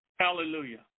Hallelujah